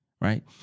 right